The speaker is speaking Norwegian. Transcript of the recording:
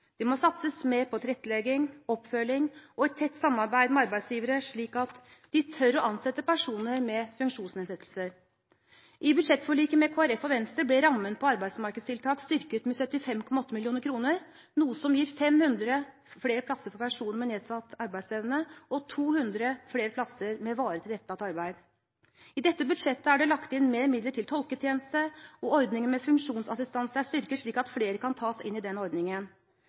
Det må satses mer på tilrettelegging, oppfølging og et tett samarbeid med arbeidsgivere, slik at de tør å ansette personer med funksjonsnedsettelse. I budsjettforliket med Kristelig Folkeparti og Venstre ble rammen på arbeidsmarkedstiltak styrket med 75,8 mill. kr, noe som gir 500 flere plasser for personer med nedsatt arbeidsevne og 200 flere plasser med varig tilrettelagt arbeid. I dette budsjettet er det lagt inn mer midler til tolketjeneste, og ordningen med funksjonsassistanse er styrket, slik at flere kan tas inn i den ordningen.